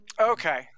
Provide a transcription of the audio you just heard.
Okay